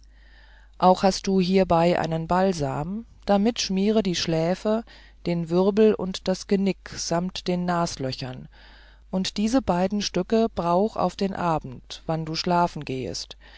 auch hast du hierbei einen balsam damit schmiere die schläfe den würbel und das genick samt den naslöchern und diese beide stücke brauch auf den abend wann du schlafen gehest